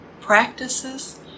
practices